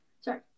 Sorry